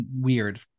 weird